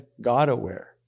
God-aware